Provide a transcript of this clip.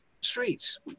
streets